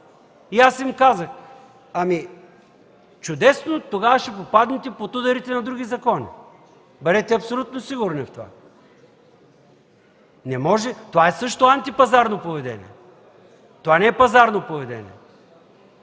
Аз им казах: „Чудесно, тогава ще попаднете под ударите на други закони. Бъдете абсолютно сигурни в това”. Не може! Това е също антипазарно поведение, не е пазарно поведение.